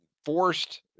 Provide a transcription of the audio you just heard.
forced